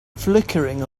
flickering